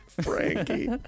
Frankie